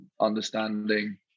understanding